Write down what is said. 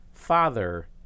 Father